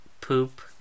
Poop